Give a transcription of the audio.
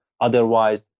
Otherwise